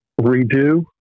redo